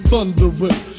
Thundering